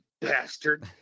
bastard